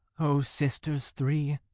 o sisters three,